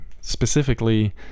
specifically